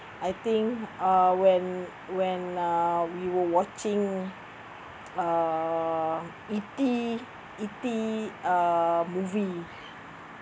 I think uh when uh when we were watching uh E_T E_T uh movie